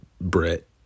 Brit